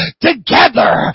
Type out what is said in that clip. together